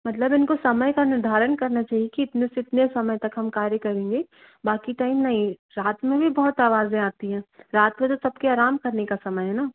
मतलब इनको समय का निर्धारण करना चाहिए कि इतने से इतने समय तक हम कार्य करेंगे बाकी टाइम नहीं रात में भी बहुत आवाज़ें आती हैं रात में तो सबके आराम करने का समय है ना